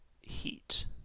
heat